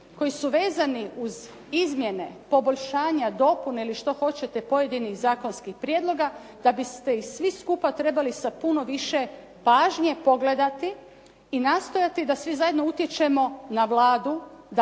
koji su vezani uz izmjene, poboljšanja, dopune ili što hoćete, pojedinih zakonskih prijedloga, da biste ih svi skupa trebali sa puno više pažnje pogledati i nastojati da svi zajedno utječemo na Vladu